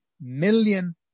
million